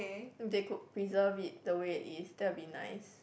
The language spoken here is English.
they could preserve it the way it is that would be nice